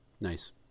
Nice